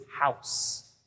house